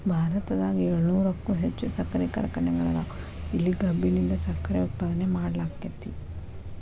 ಭಾರತದಾಗ ಏಳುನೂರಕ್ಕು ಹೆಚ್ಚ್ ಸಕ್ಕರಿ ಕಾರ್ಖಾನೆಗಳದಾವ, ಇಲ್ಲಿ ಕಬ್ಬಿನಿಂದ ಸಕ್ಕರೆ ಉತ್ಪಾದನೆ ಮಾಡ್ಲಾಕ್ಕೆತಿ